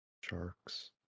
Sharks